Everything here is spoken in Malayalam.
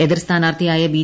എതിർ സ്ഥാനാർത്ഥിയായ ബി